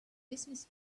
business